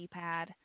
keypad